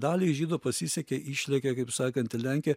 daliai žydų pasisekė išlėkė kaip sakant į lenkiją